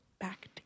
back